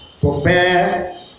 prepare